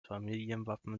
familienwappen